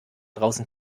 draußen